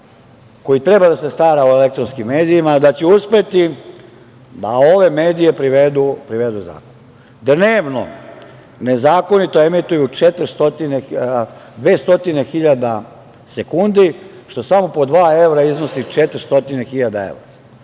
koji treba da se stara o elektronskim medijima, da će uspeti da ove medije privedu zakonu. Dnevno nezakonito emituju 200.000 sekundi, što je samo po dva evra iznosi 400.000 evra,